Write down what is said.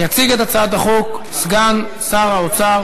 יציג את הצעת החוק סגן שר האוצר.